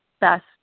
best